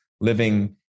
living